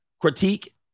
Critique